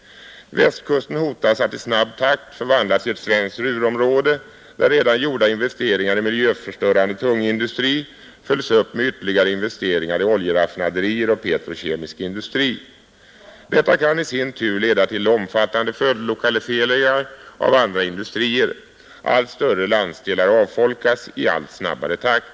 Västkusten hotas att i snabb takt förvandlas till ett svenskt Ruhrområ — Nr 122 de, där redan gjorda investeringar i miljöförstörande tungindustri följs upp med ytterligare investeringar i oljeraffinaderier och petrokemisk industri. Detta kan i sin tur leda till omfattande följdlokaliseringar av andra industrier. Allt större landsdelar avfolkas i allt snabbare takt.